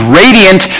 radiant